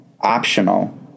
optional